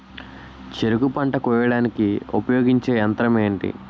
చెరుకు పంట కోయడానికి ఉపయోగించే యంత్రం ఎంటి?